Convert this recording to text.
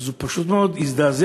הוא פשוט מאוד הזדעזע,